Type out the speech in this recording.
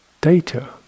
data